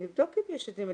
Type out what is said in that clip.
אני אבדוק את זה.